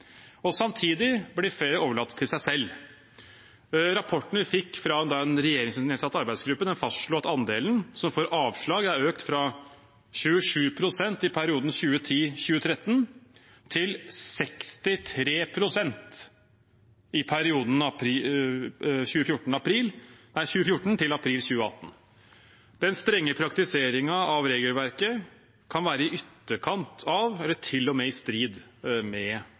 Samtidig blir flere overlatt til seg selv. Rapporten vi fikk fra en regjeringsnedsatt arbeidsgruppe, fastslo at andelen som får avslag, har økt fra 27 pst. i perioden 2010–2013 til 63 pst. i perioden 2014–april 2018. Den strenge praktiseringen av regelverket kan være i ytterkant av, eller til og med i strid med,